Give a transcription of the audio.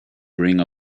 bring